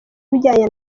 ibijyanye